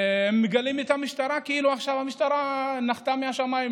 והם מגלים את המשטרה כאילו עכשיו המשטרה נחתה מהשמיים.